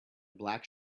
black